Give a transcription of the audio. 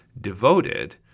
devoted